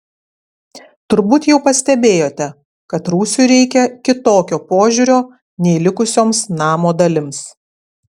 turbūt jau pastebėjote kad rūsiui reikia kitokio požiūrio nei likusioms namo dalims